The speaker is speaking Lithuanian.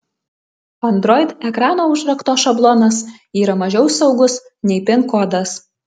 android ekrano užrakto šablonas yra mažiau saugus nei pin kodas